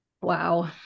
wow